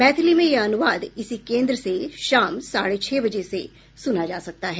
मैथिली में यह अनुवाद इसी केन्द्र से शाम साढ़े छह बजे से सुना जा सकता है